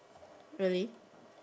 really